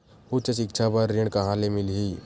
उच्च सिक्छा बर ऋण कहां ले मिलही?